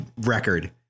record